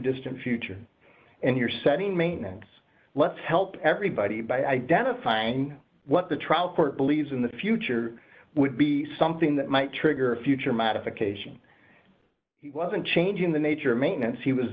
distant future and you're setting maintenance let's help everybody by identifying what the trial court believes in the future would be something that might trigger a future modification he wasn't changing the nature maintenance he was